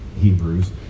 Hebrews